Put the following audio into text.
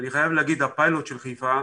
אני חייב להגיד שהפיילוט של חיפה,